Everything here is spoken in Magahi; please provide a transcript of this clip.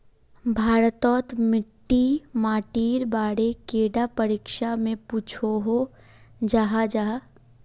भारत तोत मिट्टी माटिर बारे कैडा परीक्षा में पुछोहो जाहा जाहा?